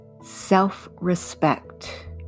self-respect